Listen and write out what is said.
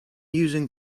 using